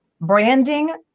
branding